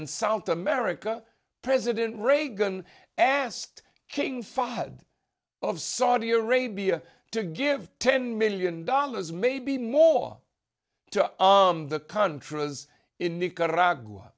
and south america president reagan asked king fahd of saudi arabia to give ten million dollars maybe more to the contras in nicaragua